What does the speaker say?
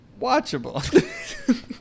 watchable